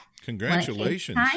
Congratulations